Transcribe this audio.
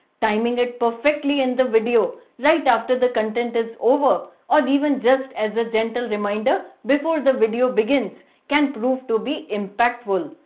timing it perfectly in the video right after the content is over or even just as a gentle reminder before the video begins can prove to be impactful.